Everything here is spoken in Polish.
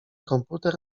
komputer